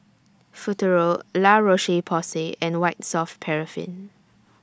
Futuro La Roche Porsay and White Soft Paraffin